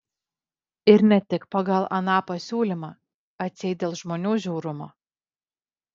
ir ne tik pagal aną pasiūlymą atseit dėl žmonių žiaurumo